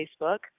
Facebook